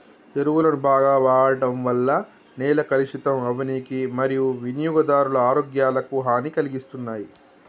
ఎరువులను బాగ వాడడం వల్ల నేల కలుషితం అవ్వనీకి మరియూ వినియోగదారుల ఆరోగ్యాలకు హనీ కలిగిస్తున్నాయి